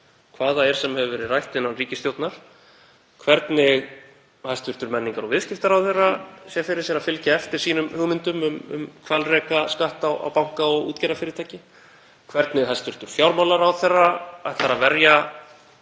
það er sem hefur verið rætt innan ríkisstjórnar, hvernig hæstv. menningar- og viðskiptaráðherra sér fyrir sér að fylgja eftir hugmyndum sínum um hvalrekaskatt á banka og útgerðarfyrirtæki, hvernig hæstv. fjármálaráðherra ætlar að verja